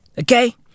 Okay